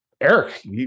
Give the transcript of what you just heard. Eric